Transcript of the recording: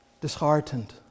disheartened